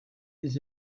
des